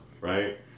right